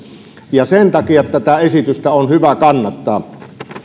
sen takia tätä esitystä on hyvä kannattaa